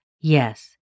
yes